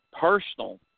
personal